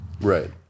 right